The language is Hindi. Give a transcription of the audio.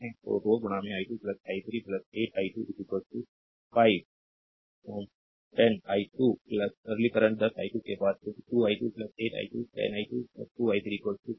तो 2 i2 i3 8 i2 5 oR10 i2 सरलीकरण 10 i2 के बाद क्योंकि 2 i2 8 i2 10 i2 2 i3 5 यह इक्वेशन 7 है